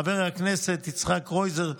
חבר הכנסת יצחק קרויזר,